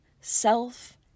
self